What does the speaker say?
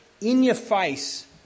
in-your-face